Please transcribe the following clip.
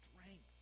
strength